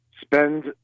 spend